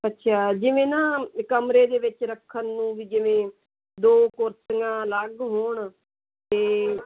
ਅੱਛਾ ਜਿਵੇਂ ਨਾ ਕਮਰੇ ਦੇ ਵਿੱਚ ਰੱਖਣ ਨੂੰ ਵੀ ਜਿਵੇਂ ਦੋ ਕੁਰਸੀਆਂ ਅਲੱਗ ਹੋਣ ਅਤੇ